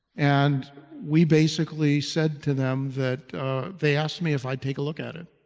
and we basically said to them that they asked me if i'd take a look at it,